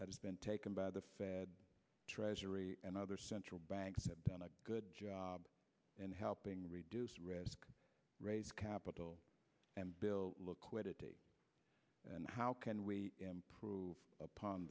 that has been taken by the fed treasury and other central banks have done a good job in helping reduce risk raise capital and bill look quiddity and how can we improve upon